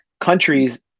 countries